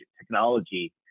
technology